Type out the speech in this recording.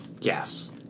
Yes